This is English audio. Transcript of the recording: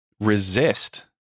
resist